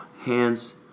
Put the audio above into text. hands